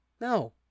No